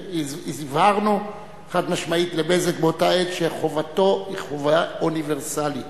והבהרנו חד-משמעית ל"בזק" באותה עת שחובתו היא חובה אוניברסלית.